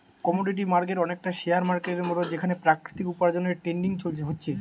commodity market অনেকটা share মার্কেটের মতন যেখানে প্রাকৃতিক উপার্জনের ট্রেডিং হচ্ছে